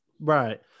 Right